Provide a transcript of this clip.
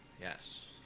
yes